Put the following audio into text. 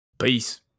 peace